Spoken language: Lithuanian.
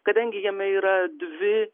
kadangi jame yra dvi